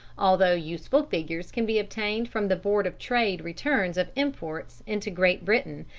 although useful figures can be obtained from the board of trade returns of imports into great britain,